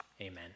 Amen